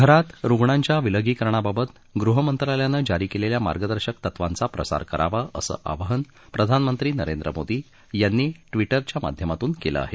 घरात रुग्णांच्या विलगीकरणाबाबत गृहमंत्रालयानं जारी केलेल्या मार्गदर्शक तत्वांचा प्रसार करावा असं आवाहन प्रधानमंत्री नरेंद्र मोदी यांनी ट्विटरच्या माध्यमातून केलं आहे